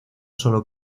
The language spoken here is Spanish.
sólo